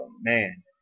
man